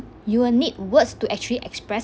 you will need words to actually express